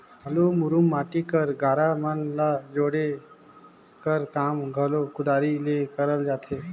बालू, मुरूम, माटी कर गारा मन ल जोड़े कर काम घलो कुदारी ले करल जाथे